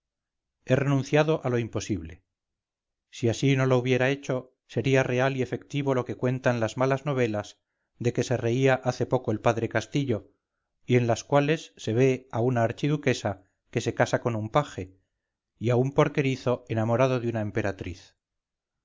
he renunciado a lo imposible si así no lo hubiera hecho sería real y efectivo lo que cuentan las malas novelas de que se reía hace poco el padre castillo y en las cuales se ve a una archiduquesa que se casa con un paje y a un porquerizo enamorado de una emperatriz